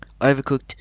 Overcooked